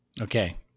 Okay